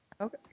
Okay